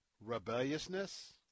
rebelliousness